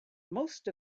most